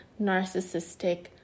narcissistic